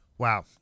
Wow